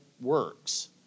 works